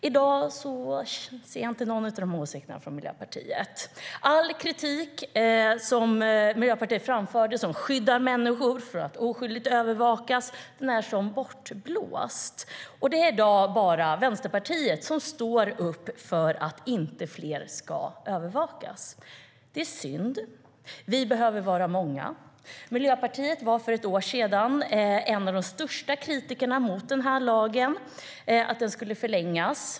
I dag hör jag inte någon av de åsikterna från Miljöpartiet. All kritik som Miljöpartiet framförde för att skydda människor från att oskyldigt övervakas är som bortblåst. I dag är det bara Vänsterpartiet som står upp för att inte fler ska övervakas. Det är synd. Vi behöver vara många. Miljöpartiet var för ett år sedan en av de största kritikerna av att den här lagen skulle förlängas.